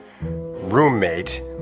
roommate